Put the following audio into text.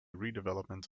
redevelopment